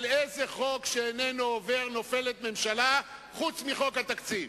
על איזה חוק שאיננו עובר נופלת ממשלה חוץ מחוק התקציב?